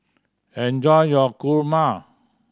enjoy your kurma